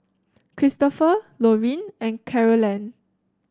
Cristopher Lorean and Carolann